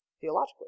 theologically